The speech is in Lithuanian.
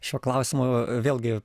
šiuo klausimu vėlgi